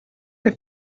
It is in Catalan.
que